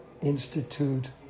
Institute